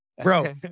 Bro